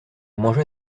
mangea